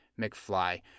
McFly